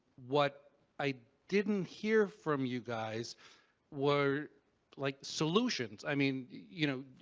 what i didn't hear from you guys were like solutions. i mean, you know,